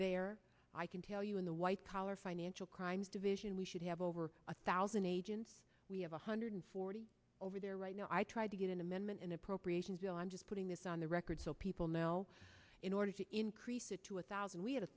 there i can tell you in a white collar financial crimes division we should have over a thousand agents we have one hundred forty over there right now i tried to get an amendment in appropriations bill i'm just putting this on the record so people know in order to increase it to a thousand we had a